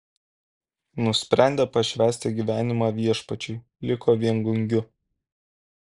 nusprendė pašvęsti gyvenimą viešpačiui liko viengungiu